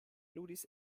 ludis